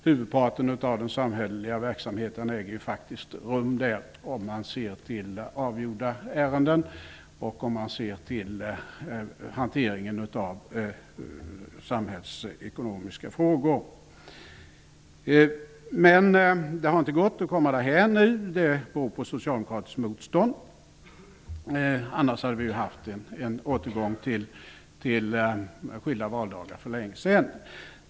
Huvudparten av den samhälleliga verksamheten äger faktiskt rum där, om man ser till avgjorda ärenden och till hanteringen av samhällsekonomiska frågor. Det har inte gått att komma därhän nu, och det beror på socialdemokratiskt motstånd; annars hade en återgång till skilda valdagar skett för länge sedan.